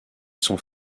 sont